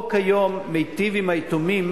החוק היום מיטיב עם היתומים,